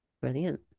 Brilliant